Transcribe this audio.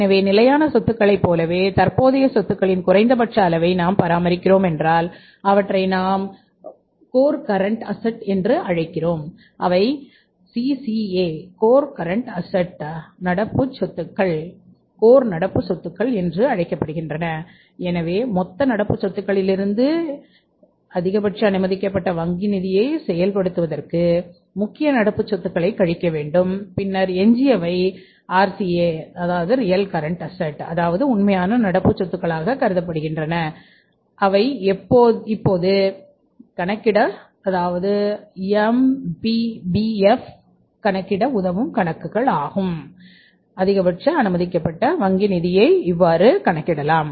எனவே நிலையான சொத்துக்களைப் போலவே தற்போதைய சொத்துகளின் குறைந்தபட்ச அளவை நாம் பராமரிக்கிறோம் என்றால் அவற்றை நாம் கோர் கரெண்ட் ஆசெட்ஸ் கணக்கிட உதவும் கணக்குகள் ஆகும்